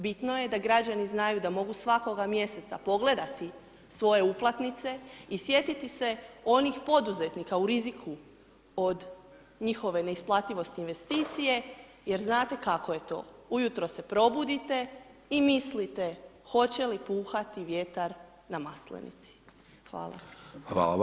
Bitno je da građani znaju da mogu svakoga mjeseca pogledati svoje uplatnice i sjetiti se onih poduzetnika u riziku od njihove neisplativosti investicije, jer znate kako je to, ujutro se probudite i mislite hoće li puhati vjetar na Maslenici.